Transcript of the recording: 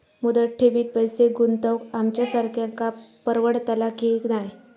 मुदत ठेवीत पैसे गुंतवक आमच्यासारख्यांका परवडतला की नाय?